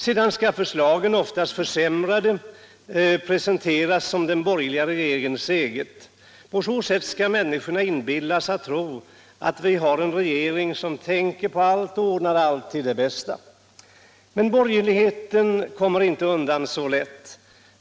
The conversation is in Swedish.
Sedan skall förslagen, oftast försämrade, presenteras som den borgerliga regeringens egna. På så sätt skall människorna inbillas att vi har en regering som tänker på allt och ordnar allt till det bästa. Men borgerligheten kommer inte undan så lätt.